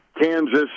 Kansas